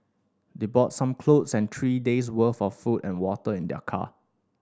they brought some clothes and three days worth of food and water in their car